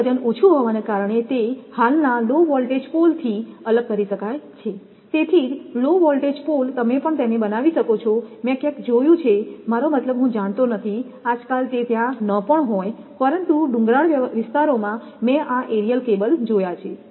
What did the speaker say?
તેનું વજન ઓછું હોવાને કારણે તે હાલના લો વોલ્ટેજ પોલથી અલગ કરી શકાય છે તેથી જ લો વોલ્ટેજ પોલ તમે પણ તેને બનાવી શકો છો મેં ક્યાંક જોયું છે મારો મતલબ હું જાણતો નથી આજકાલ તે ત્યાં ન પણ હોય પરંતુ ડુંગરાળ વિસ્તારોમાં મેં આ એરિયલ કેબલ જોયો છે